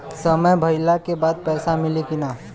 समय भइला के बाद पैसा मिली कि ना?